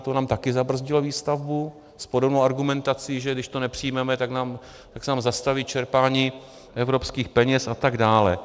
To nám taky zabrzdilo výstavbu s podobnou argumentací, že když to nepřijmeme, tak se nám zastaví čerpání evropských peněz, a tak dále.